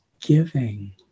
giving